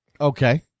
Okay